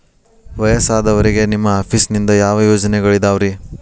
ವಯಸ್ಸಾದವರಿಗೆ ನಿಮ್ಮ ಆಫೇಸ್ ನಿಂದ ಯಾವ ಯೋಜನೆಗಳಿದಾವ್ರಿ?